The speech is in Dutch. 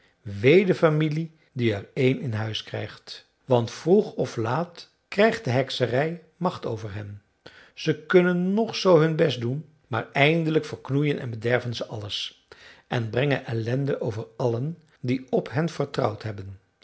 de familie die er een in huis krijgt want vroeg of laat krijgt de hekserij macht over hen ze kunnen nog zoo hun best doen maar eindelijk verknoeien en bederven ze alles en brengen ellende over allen die op hen vertrouwd hebben